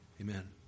Amen